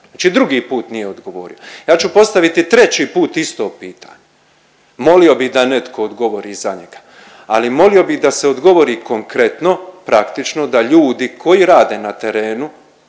drugi put nije odgovorio. Ja ću postaviti treći put isto pitanje, molio bi da netko odgovori za njega ali molio bi da se odgovori konkretno, praktično da ljudi koji rade na terenu,